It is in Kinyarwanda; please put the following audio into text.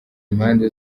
impande